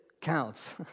counts